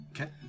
Okay